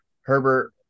Herbert